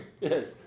Yes